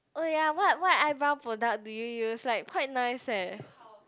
oh ya what what eyebrow product do you use like quite nice eh